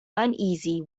uneasy